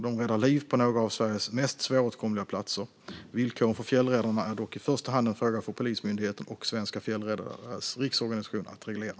De räddar liv på några av Sveriges mest svåråtkomliga platser. Villkoren för fjällräddarna är dock i första hand en fråga för Polismyndigheten och Svenska Fjällräddares Riksorganisation att reglera.